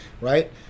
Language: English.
Right